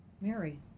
Mary